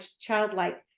childlike